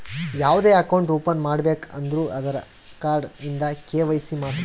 ಯಾವ್ದೇ account open ಮಾಡ್ಬೇಕ ಅಂದುರ್ ಆಧಾರ್ ಕಾರ್ಡ್ ಇಂದ ಕೆ.ವೈ.ಸಿ ಮಾಡ್ಸಬೇಕ್